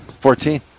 Fourteen